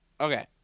Okay